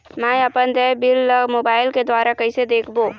मैं अपन देय बिल ला मोबाइल के द्वारा कइसे देखबों?